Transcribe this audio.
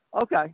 Okay